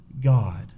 God